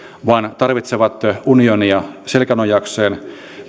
vaan tarvitsevat unionia selkänojakseen